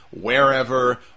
wherever